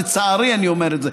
ולצערי אני אומר את זה,